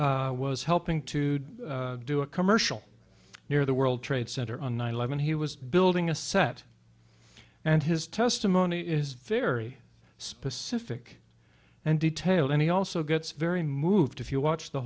was helping to do a commercial near the world trade center on nine eleven he was building a set and his testimony is very specific and detailed and he also gets very moved if you watch the